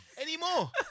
Anymore